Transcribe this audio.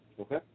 Okay